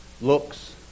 looks